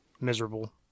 miserable